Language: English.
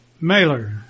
Mailer